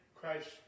Christ